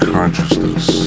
Consciousness